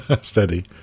Steady